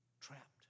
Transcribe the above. Trapped